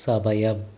సమయం